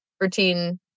routine